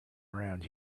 around